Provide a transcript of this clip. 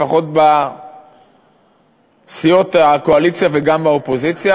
לפחות בסיעות הקואליציה וגם באופוזיציה.